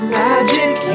magic